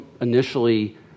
initially